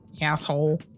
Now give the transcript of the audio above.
asshole